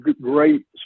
great